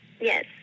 Yes